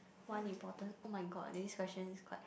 one important oh-my-god this question is got ya